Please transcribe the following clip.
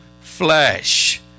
flesh